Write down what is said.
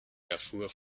erfuhr